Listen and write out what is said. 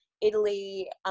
Italy